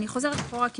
אני חוזרת פה רק,